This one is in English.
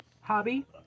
Hobby